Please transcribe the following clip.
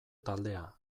taldea